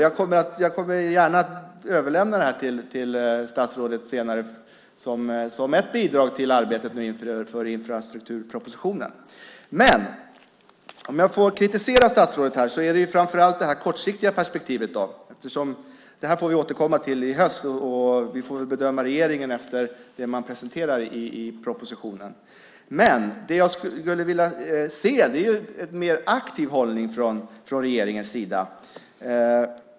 Jag överlämnar gärna detta till statsrådet senare, som ett bidrag till arbetet inför infrastrukturpropositionen. Men om jag får kritisera statsrådet vill jag framför allt ta upp det kortsiktiga perspektivet. Vi får återkomma till det här i höst, och vi får väl bedöma regeringen efter det man presenterar i propositionen. Det jag skulle vilja se är en mer aktiv hållning från regeringens sida.